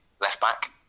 left-back